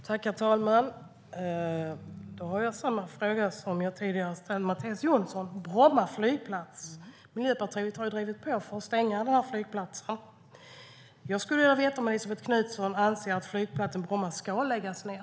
Herr talman! Jag har samma fråga som jag tidigare ställde till Mattias Jonsson om Bromma flygplats. Miljöpartiet har drivit på för att stänga flygplatsen. Jag skulle vilja veta om Elisabet Knutsson anser att flygplatsen Bromma ska läggas ned.